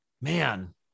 man